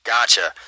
Gotcha